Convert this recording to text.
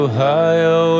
Ohio